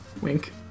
Wink